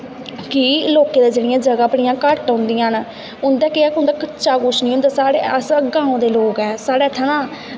कि लोकें दे जगह जेह्ड़ियां बड़ियां घट्ट होंदियां न उं'दा केह् उं'दा कच्चा कुछ निं होंदा अस ग्राएं दे लोग ऐ साढ़े इत्थै